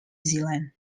zealand